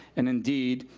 and indeed,